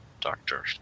doctor